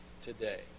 today